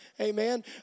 amen